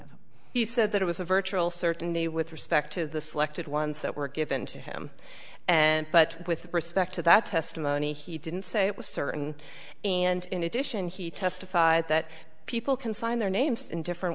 he said that it was a virtual certainty with respect to the selected ones that were given to him and but with respect to that testimony he didn't say it was certain and in addition he testified that people can sign their names in different